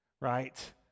right